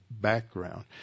background